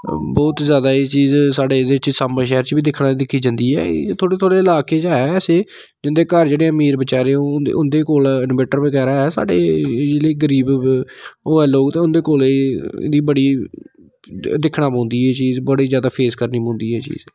बहुत ज्यादा एह् चीज साढ़े एहदे च साम्बे शैह्र च बी दिक्खना दिक्खी जंदी ऐ एह् इ'यां थोह्ड़े थोह्ड़े इलाके च ऐ वैसे जिंदे घर जेह्ड़े अमीर बेचारे उं'दे कोल इनवेटर बगैरा ऐ साढ़े एह् ले गरीब होऐ लोक ते उं'दे कोल एह् बड़ी दिक्खना पौंदी एह् चीज बड़ी ज्यादा फेस करनी पौंदी एह् चीज